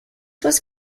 was